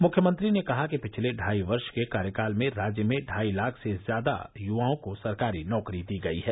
मुख्यमंत्री ने कहा कि पिछले ढाई वर्ष के कार्यकाल में राज्य में ढाई लाख से ज्यादा युवाओं को सरकारी नौकरी दी गयी है